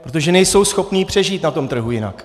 Protože nejsou schopni přežít na tom trhu jinak.